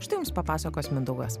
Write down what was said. štai jums papasakos mindaugas